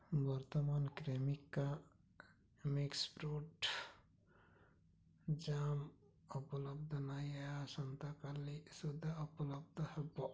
ବର୍ତ୍ତମାନ Cremica mix fruit jam ଉପଲବ୍ଧ ନାହିଁ ଏହା ଆସନ୍ତା କାଲି ସୁଦ୍ଧା ଉପଲବ୍ଧ ହେବ